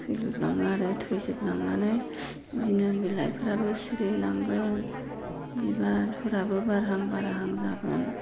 थैजोबलाङो आरो थैजोबलांनानै बिदिनो बिलाइफोराबो सिरि लांगोन बिबारफोराबो बारहां बारहां जागोन